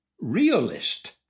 realist